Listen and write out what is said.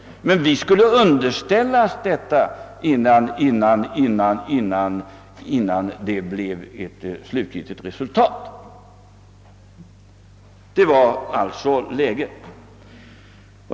Men vi skulle underställas detta, innan det blev ett slutgiltigt resultat. Det var alltså läget.